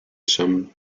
some